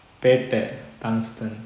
Petta tungsten